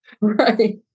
Right